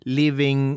living